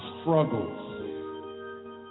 struggles